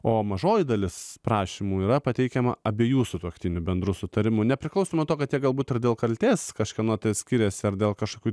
o mažoji dalis prašymų yra pateikiama abiejų sutuoktinių bendru sutarimu nepriklausomai nuo to kad galbūt dėl kaltės kažkieno tas skiriasi ar dėl kažkokių